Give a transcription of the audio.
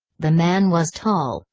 the man was tall,